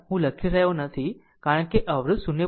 હું લખી રહ્યો નથી કારણ કે અવરોધ 0